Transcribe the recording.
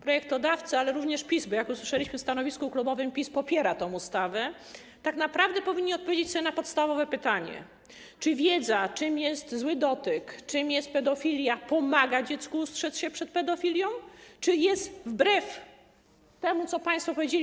Projektodawcy, ale również PiS, bo jak usłyszeliśmy w stanowisku klubowym, PiS popiera tę ustawę, tak naprawdę powinni odpowiedzieć sobie na podstawowe pytania: Czy wiedza, czym jest zły dotyk, czym jest pedofilia, pomaga dziecku ustrzec się przed pedofilią, czy jest barierą dla pedofilów, wbrew temu, co państwo powiedzieli?